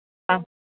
हा